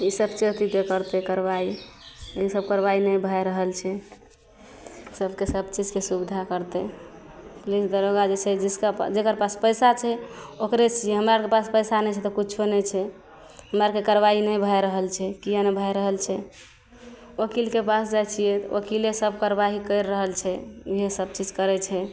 ईसब छै के करतै कार्रवाइ ईसब कार्रवाइ नहि भै रहल छै सबके सबचीजके सुविधा करतै पुलिस दरोगा जे छै जिसका जकर पास पइसा छै ओकरे हमरा आओरके पास पइसा नहि छै तऽ किछु नहि छै हमरा आओरके कार्रवाइ नहि भै रहल छै किएक नहि भै रहल छै ओकीलके पास जाइ छिए तऽ ओकीलेसब कार्रवाइ करि रहल छै वएह सबचीज करै छै